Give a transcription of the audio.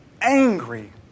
angry